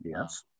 yes